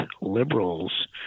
liberals